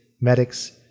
medics